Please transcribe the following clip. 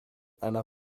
einer